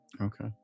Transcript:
Okay